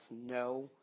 no